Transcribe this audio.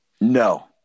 no